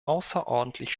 außerordentlich